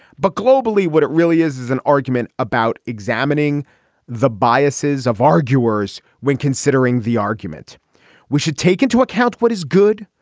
but globally what it really is is an argument about examining the biases of our viewers when considering the argument we should take into account. what is good.